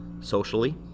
socially